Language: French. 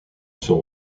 son